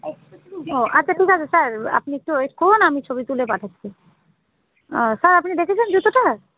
ও আচ্ছা ঠিক আছে স্যার আপনি একটু ওয়েট করুন আমি ছবি তুলে পাঠচ্ছি স্যার আপনি দেখেছেন জুতোটা